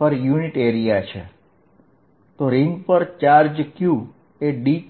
કેરી કરતો હોય તો આ રીંગ પર નાનો ડિફરેન્શિયલ ચાર્જ dQ હશે